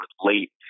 late